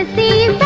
the